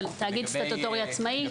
של תאגיד סטטוטורי עצמאי.